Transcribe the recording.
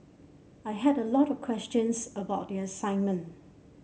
I had a lot of questions about the assignment